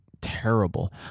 terrible